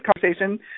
conversation